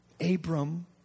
Abram